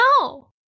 No